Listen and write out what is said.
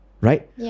right